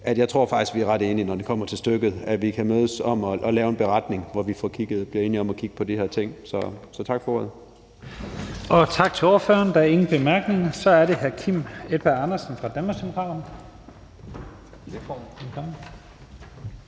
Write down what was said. – jeg tror faktisk, at vi er ret enige, når det kommer til stykket – at vi kan mødes om at lave en beretning, hvori vi bliver enige om at kigge på de her ting. Tak for ordet. Kl. 12:17 Første næstformand (Leif Lahn Jensen): Tak til ordføreren. Der er ingen korte bemærkninger. Så er det hr. Kim Edberg Andersen fra Danmarksdemokraterne.